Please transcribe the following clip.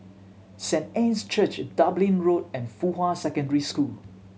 Saint Anne's Church Dublin Road and Fuhua Secondary School